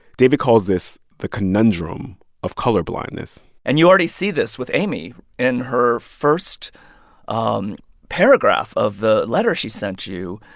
david calls this the conundrum of colorblindness and you already see this with amy. in her first um paragraph of the letter she sent you,